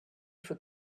for